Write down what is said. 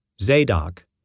Zadok